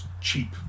cheap